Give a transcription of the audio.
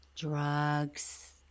Drugs